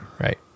right